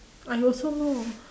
I also know